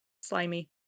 slimy